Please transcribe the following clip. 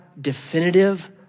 definitive